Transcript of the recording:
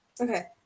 Okay